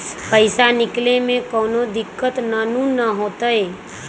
पईसा निकले में कउनो दिक़्क़त नानू न होताई?